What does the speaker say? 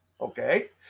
okay